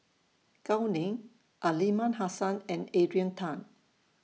Gao Ning Aliman Hassan and Adrian Tan